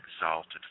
exalted